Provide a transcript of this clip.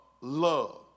love